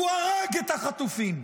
הוא הרג את החטופים.